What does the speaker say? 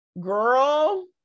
girl